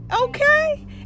Okay